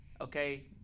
okay